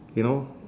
you know